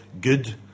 good